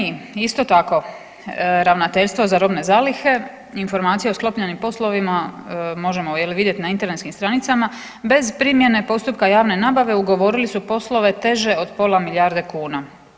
Isto tako, Ravnateljstvo za robne zalihe informacije o sklopljenim poslovima možemo vidjeti na internetskim stranicama, bez primjene postupka javne nabave ugovorili su poslove teže od pola milijarde kuna.